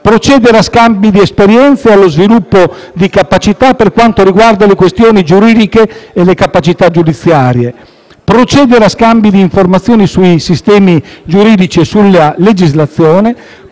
procedere a scambi di esperienze e allo sviluppo di capacità per quanto riguarda le questioni giuridiche e le capacità giudiziarie; d) procedere a scambi di informazioni sui sistemi giuridici e sulla legislazione;